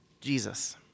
Jesus